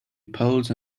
poles